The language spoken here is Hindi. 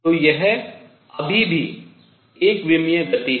तो यह अभी भी एक विमीय गति है